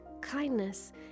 Kindness